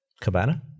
Cabana